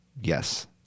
Yes